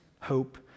hope